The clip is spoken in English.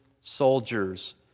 soldiers